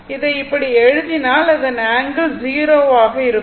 இதை இப்படி எழுதினால் அதன் ஆங்கிள் 0 ஆக இருக்கும்